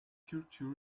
culture